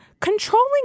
controlling